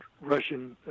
Russian